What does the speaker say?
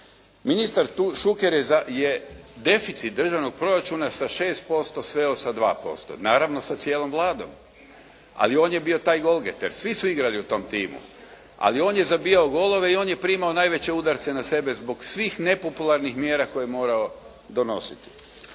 Ministar Šuker je deficit državnog proračuna sa 6% sveo na 2%, naravno sa cijelom Vladom. Ali on je bio taj golgeter. Svi su igrali u tom timu, ali on je zabijao golove i on je primao najveće udarce na sebe zbog svih nepopularnih mjera koje je morao donositi.